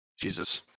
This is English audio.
jesus